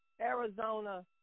Arizona